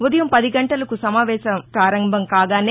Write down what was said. ఉదయం పది గంటలకు సమావేశం పారంభం కాగానే